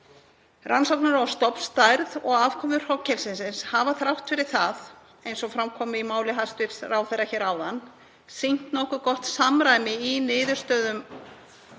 Rannsóknir á stofnstærð og afkomu hrognkelsisins hafa þrátt fyrir það, eins og fram kom í máli hæstv. ráðherra áðan, sýnt nokkuð gott samræmi í niðurstöðum